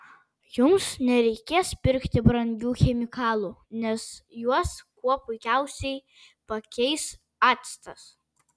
jums nereikės pirkti brangių chemikalų nes juos kuo puikiausiai pakeis actas